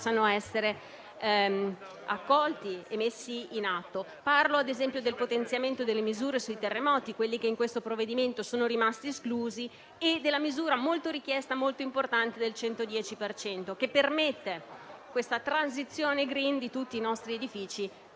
possano essere messi in atto. Parlo - ad esempio - del potenziamento delle misure sui terremoti, quelli che in questo provvedimento sono rimasti esclusi, e della misura molto richiesta e importante del 110 per cento che permette la transizione *green* di tutti i nostri edifici,